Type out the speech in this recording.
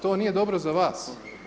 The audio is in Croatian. To nije dobro za vas.